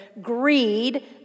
greed